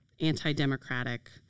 anti-democratic